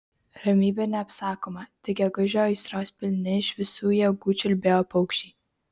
ramybė neapsakoma tik gegužio aistros pilni iš visų jėgų čiulbėjo paukščiai